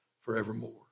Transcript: forevermore